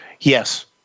Yes